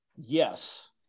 Yes